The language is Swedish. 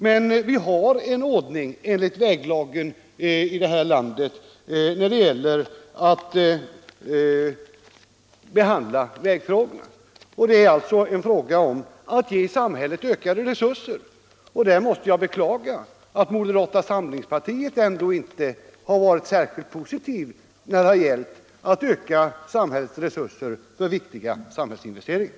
Men vi har en viss ordning enligt väglagen i det här landet när det gäller att behandla vägfrågorna. Här är det alltså fråga om att ge samhället ökade resurser. Och då måste jag beklaga att moderata samlingspartiet inte har varit särskilt positivt när det gällt att öka resurserna för viktiga samhällsinvesteringar.